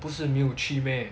不是没有去 meh